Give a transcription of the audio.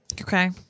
Okay